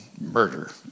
murder